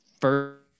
first